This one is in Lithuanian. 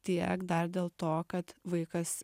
tiek dar dėl to kad vaikas